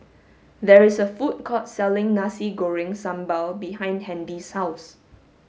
there is a food court selling Nasi Goreng Sambal behind Handy's house